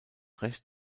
recht